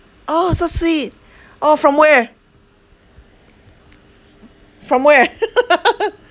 oh so sweet oh from where from where